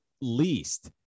least